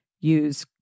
Use